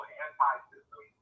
anti-system